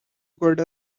good